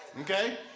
Okay